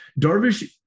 Darvish